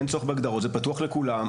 אין צורך בהגדרות, זה פתוח לכולם.